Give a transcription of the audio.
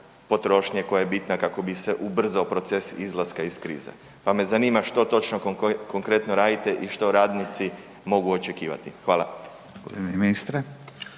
potrošnje koja je bitna kako bi se ubrzao proces izlaska iz krize pa me zanima što točno konkretno radite i što radnici mogu očekivati? Hvala.